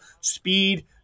speed